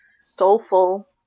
soulful